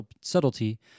subtlety